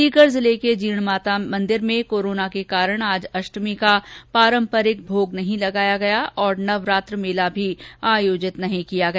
सीकर जिले की जीण माता में कोरोना के कारण आज अष्टमी का पारंपरिक भोग नहीं लगाया गया और नवरात्र मेला भी आयोजित नहीं किया गया